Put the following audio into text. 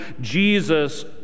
Jesus